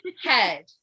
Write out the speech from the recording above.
Head